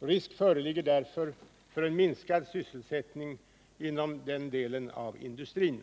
Risk föreligger därför för en minskning av sysselsättningen inom denna del av industrin.